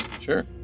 Sure